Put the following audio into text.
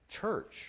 church